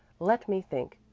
let me think.